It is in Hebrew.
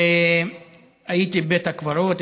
והייתי בבית הקברות,